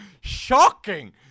shocking